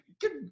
good